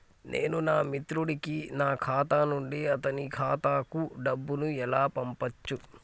నేను నా మిత్రుడి కి నా ఖాతా నుండి అతని ఖాతా కు డబ్బు ను ఎలా పంపచ్చు?